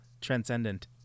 transcendent